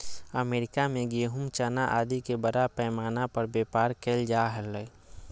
America में गेहूँ, चना आदि के बड़ा पैमाना पर व्यापार कइल जा हलय